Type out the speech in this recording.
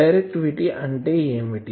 directivity అంటే ఏమిటి